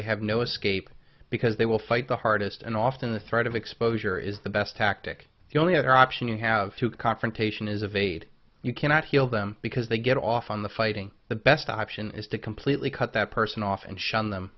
they have no escape because they will fight the hardest and often the threat of exposure is the best tactic the only other option you have to confrontation is of aid you cannot heal them because they get off on the fighting the best option is to completely cut that person off and shun them